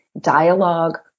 dialogue